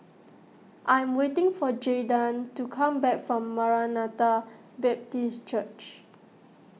I am waiting for Jaydan to come back from Maranatha Baptist Church